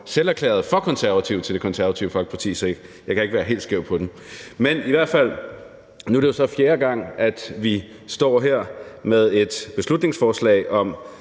selv erklæret sig for konservativ til Det Konservative Folkeparti, så jeg kan ikke være helt skævt på den. Men i hvert fald er det så nu fjerde gang, vi står her med et beslutningsforslag om,